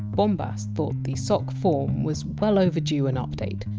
bombas thought the sock form was well overdue an update.